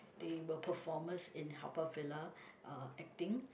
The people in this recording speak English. they were performers in Haw-Par-Villa uh acting